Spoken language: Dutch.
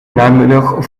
namiddag